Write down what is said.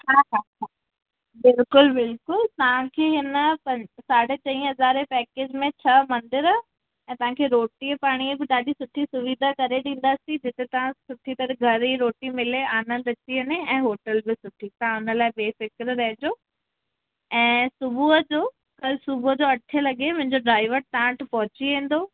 हा हा हा बिलकुलु बिलकुलु तव्हांखे अञा साढे चईं हज़ारे जे पैकेज में तव्हांखे छह मंदिर ऐं तव्हांखे रोटी पाणीअ बि ॾाढी सुठी सुविधा करे ॾींदासीं जिते तव्हां सुठी तरह घर ई रोटी मिले आनंद अची वञे ऐं होटल बि सुठी तव्हां उन लाइ बेफिक्र रहिजो ऐ सुबूह जो कल्हि सुबूह अठें लॻे मुंहिजो ड्राईवर तव्हां वटि पहुंची वेंदो